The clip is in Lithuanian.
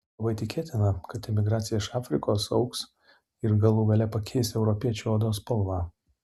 labai tikėtina kad emigracija iš afrikos augs ir galų gale pakeis europiečių odos spalvą